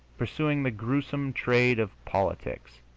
pursuing the gruesome trade of politics,